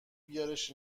بیارش